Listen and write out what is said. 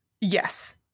Yes